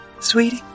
Sweetie